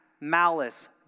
malice